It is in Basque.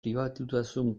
pribatutasun